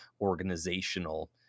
organizational